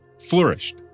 flourished